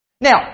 Now